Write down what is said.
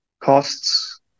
costs